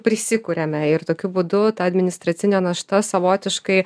prisikuriame ir tokiu būdu ta administracinė našta savotiškai